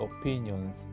opinions